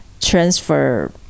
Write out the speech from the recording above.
transfer